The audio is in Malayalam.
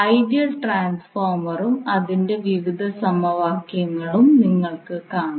ഐഡിയൽ ട്രാൻസ്ഫോർമറും അതിന്റെ വിവിധ സമവാക്യങ്ങളും നിങ്ങൾക്ക് കാണാം